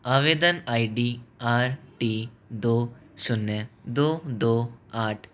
आवेदन I D R T दो शून्य दो दो आठ